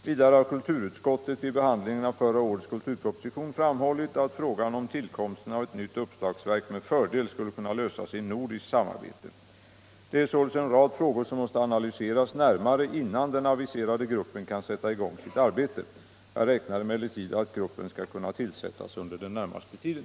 Vidare har kulturutskottet vid behandlingen av förra årets kulturproposition framhållit att frågan om tillkomsten av ett nytt uppslagsverk med fördel skulle kunna lösas i nordiskt samarbete. Det är således en rad frågor som måste analyseras närmare innan den aviserade gruppen kan sätta i gång sitt arbete. Jag räknar emellertid med att gruppen skall kunna tillsättas under den närmaste tiden.